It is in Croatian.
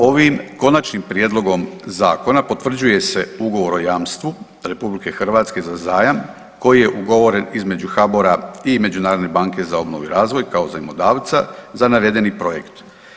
Ovim konačnim prijedlogom zakona potvrđuje se Ugovor o jamstvu RH za zajam koji je ugovoren između HBOR-a i Međunarodne banke za obnovu i razvoj kao zajmodavca za navedeni projekt.